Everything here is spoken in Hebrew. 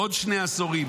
עוד שני עשורים,